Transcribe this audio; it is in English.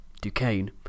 Duquesne